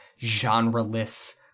genre-less